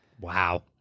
Wow